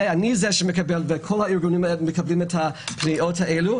אני וכל הארגונים מקבלים את הפניות האלה,